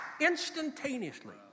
instantaneously